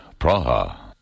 Praha